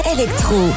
Electro